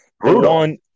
brutal